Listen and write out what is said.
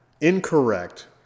incorrect